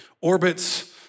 orbits